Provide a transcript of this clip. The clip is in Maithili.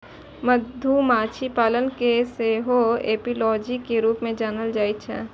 मधुमाछी पालन कें सेहो एपियोलॉजी के रूप मे जानल जाइ छै